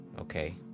Okay